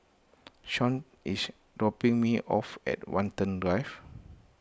Shawnte is dropping me off at Watten Drive